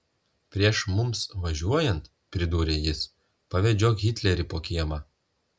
prieš mums važiuojant pridūrė jis pavedžiok hitlerį po kiemą